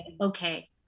okay